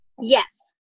Yes